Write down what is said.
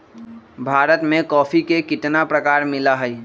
भारत में कॉफी के कितना प्रकार मिला हई?